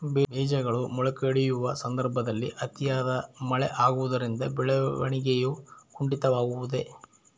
ಬೇಜಗಳು ಮೊಳಕೆಯೊಡೆಯುವ ಸಂದರ್ಭದಲ್ಲಿ ಅತಿಯಾದ ಮಳೆ ಆಗುವುದರಿಂದ ಬೆಳವಣಿಗೆಯು ಕುಂಠಿತವಾಗುವುದೆ?